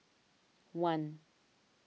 one